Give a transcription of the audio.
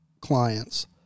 clients